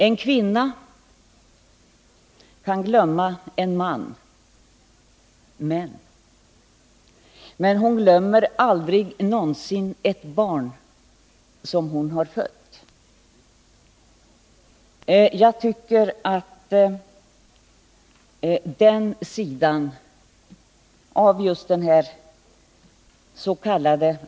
En kvinna kan glömma en man, men hon glömmer aldrig någonsin ett barn som hon har fött. Jag tycker att den sidan av dens.k.